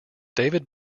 david